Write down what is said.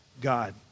God